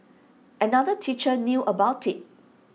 another teacher knew about IT